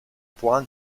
può